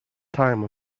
time